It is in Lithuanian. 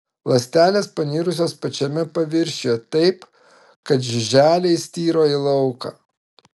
ląstelės panirusios pačiame paviršiuje taip kad žiuželiai styro į lauką